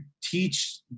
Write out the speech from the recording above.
teach